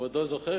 כבודו זוכר,